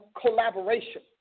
collaboration